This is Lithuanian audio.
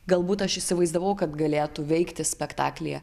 galbūt aš įsivaizdavau kad galėtų veikti spektaklyje